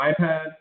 iPad